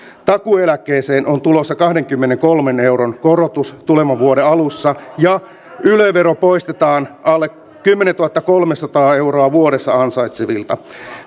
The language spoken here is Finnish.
takuueläkkeeseen on tulossa kahdenkymmenenkolmen euron korotus tulevan vuoden alussa ja yle vero poistetaan alle kymmenentuhattakolmesataa euroa vuodessa ansaitsevilta